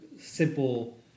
simple